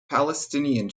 palestinian